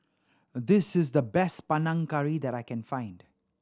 this is the best Panang Curry that I can find